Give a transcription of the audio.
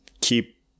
keep